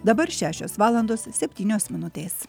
dabar šešios valandos septynios minutės